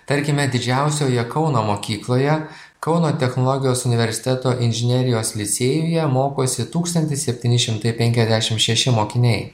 tarkime didžiausioje kauno mokykloje kauno technologijos universiteto inžinerijos licėjuje mokosi tūkstantis septyni šimtai penkiasdešim šeši mokiniai